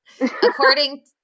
according